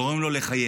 גורם לו לחייך.